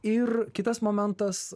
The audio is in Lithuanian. ir kitas momentas